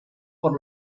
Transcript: por